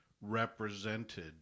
represented